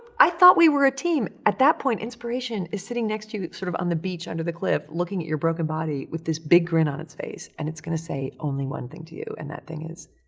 i thought we were a team. at that point inspiration is sitting next to you sort of on the beach under the cliff looking at your broken body with this big grin on its face and it's gonna say only one thing to you, and that thing is,